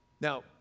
Now